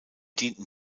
dienten